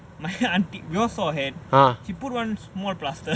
my auntie we all saw her hand she put one small plaster